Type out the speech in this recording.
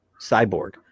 cyborg